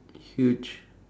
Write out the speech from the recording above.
huge